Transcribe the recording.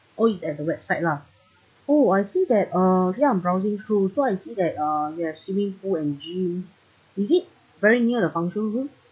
oh it's at the website lah oh I see that uh ya I'm browsing through so I see that uh you have swimming pool and gym is it very near the function room